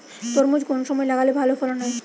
তরমুজ কোন সময় লাগালে ভালো ফলন হয়?